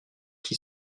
qui